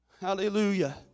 Hallelujah